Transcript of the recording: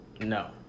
No